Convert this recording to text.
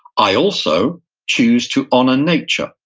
i also choose to honor nature.